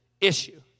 issue